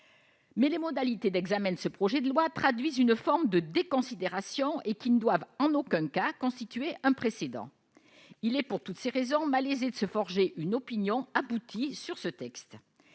mais les modalités d'examen de ce projet de loi traduisent une forme de déconsidération et ne doivent en aucun cas constituer un précédent. Pour toutes ces raisons, il est malaisé de se forger une opinion aboutie sur ce texte.